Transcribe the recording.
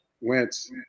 Wentz